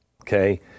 Okay